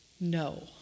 No